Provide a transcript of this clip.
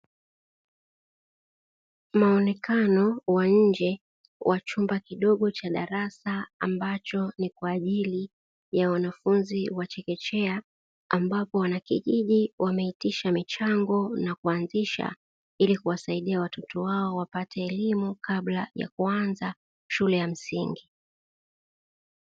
Muonekano wa nje wa chumba kidogo cha darasa ambacho ni kwa ajili ya wanafunzi wa chekechekea, ambapo wanakijiji wameitisha michango na kuanzisha ili kuwasaidia watoto wao wapate elimu kabla ya kuanza shule ya msingi.